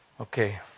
Okay